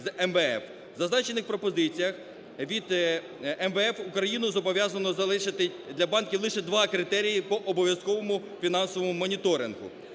В зазначених пропозиціях від МВФ Україну зобов'язано залишити для банків лише два критерії по обов'язковому фінансовому моніторингу.